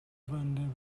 van